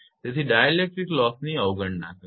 તેથી ડાઇલેક્ટ્રિક લોસની અવગણના કરો